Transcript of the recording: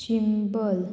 Chimbel